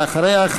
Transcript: ואחריה,